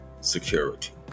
security